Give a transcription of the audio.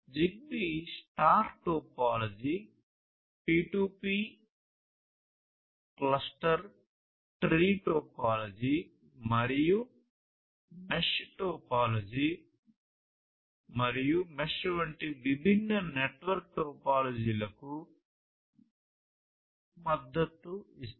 Zigbee star topology P 2 P cluster tree topology మరియు mesh topology మరియు mesh వంటి విభిన్న నెట్వర్క్ టోపోలాజీలకు మద్దతు ఇస్తుంది